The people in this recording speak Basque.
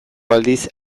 aldiz